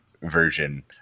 version